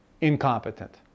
incompetent